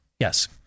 Yes